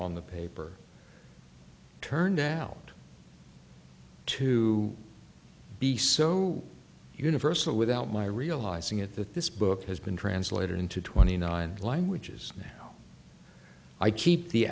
on the paper turned out to be so universal without my realizing it that this book has been translated into twenty nine languages now i keep the